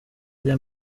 rya